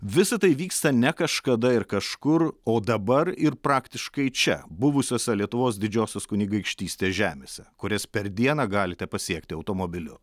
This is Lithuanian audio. visa tai vyksta ne kažkada ir kažkur o dabar ir praktiškai čia buvusiose lietuvos didžiosios kunigaikštystės žemėse kurias per dieną galite pasiekti automobiliu